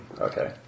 Okay